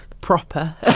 proper